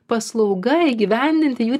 paslauga įgyvendinti jų